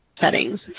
settings